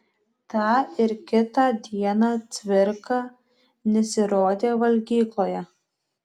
tą ir kitą dieną cvirka nesirodė valgykloje